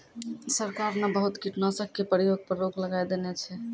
सरकार न बहुत कीटनाशक के प्रयोग पर रोक लगाय देने छै